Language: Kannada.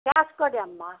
ಕ್ಯಾಶ್ ಕೊಡಿ ಅಮ್ಮ